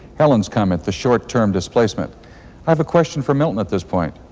helen's comment, the short-term displacement. i have a question for milton at this point